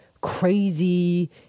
crazy